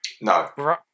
No